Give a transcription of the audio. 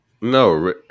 No